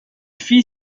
fit